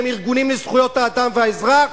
שהם ארגונים לזכויות האדם והאזרח,